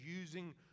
using